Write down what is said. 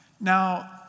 Now